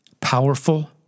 powerful